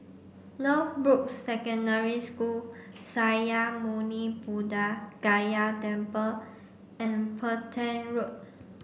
Northbrooks Secondary School Sakya Muni Buddha Gaya Temple and Petain Road